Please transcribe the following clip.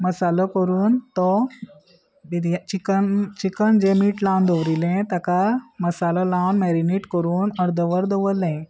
मसालो करून तो चिकन चिकन जे मीठ लावन दवरिल्लें ताका मसालो लावन मॅरिनेट करून अर्दवर दवरलें